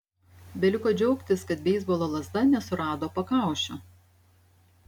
beliko džiaugtis kad beisbolo lazda nesurado pakaušio